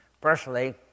personally